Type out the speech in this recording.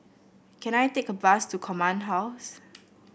can I take a bus to Command House